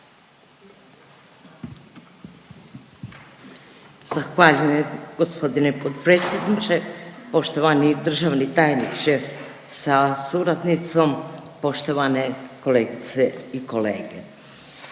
Zahvaljujem g. potpredsjedniče. Poštovani državni tajniče sa suradnicom, poštovane kolegice i kolege.